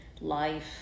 life